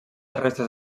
restes